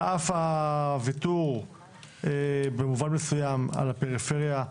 על אף הוויתור במובן מסוים על הפריפריה,